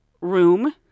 room